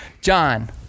John